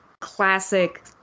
classic